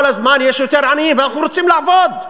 כל הזמן יש יותר עניים, ואנחנו רוצים לעבוד.